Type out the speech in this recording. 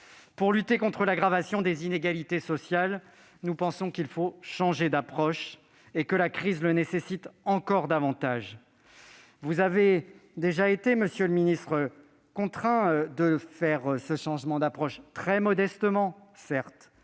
Pour lutter contre l'aggravation des inégalités sociales, nous pensons qu'il faut changer d'approche ; la crise le nécessite encore davantage. Vous avez déjà été contraints de faire ce changement d'approche, certes très modestement, dans